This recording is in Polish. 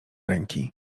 ręki